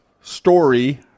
story